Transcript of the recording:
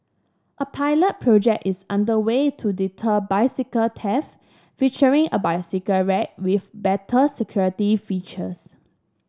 a pilot project is under way to deter bicycle theft featuring a bicycle rack with better security features